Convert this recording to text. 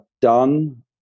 done